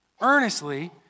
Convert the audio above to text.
earnestly